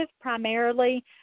primarily